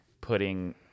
putting